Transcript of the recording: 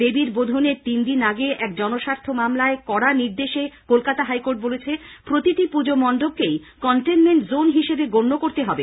দেবীর বোধনের তিনদিন আগে এক জনস্বার্থ মামলায় কড়া নির্দেশে কলকাতা হাইকোর্ট বলেছে প্রতিটি পুজো মন্ডপকেই কন্টেইনমেন্ট জোন হিসেবে গণ্য করতে হবে